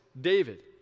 David